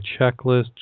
checklist